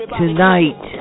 tonight